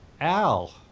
Al